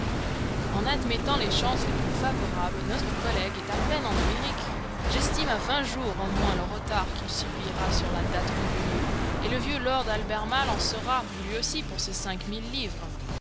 en admettant les chances les plus favorables notre collègue est à peine en amérique j'estime à vingt jours au moins le retard qu'il subira sur la date convenue et le vieux lord albermale en sera lui aussi pour ses cinq mille livres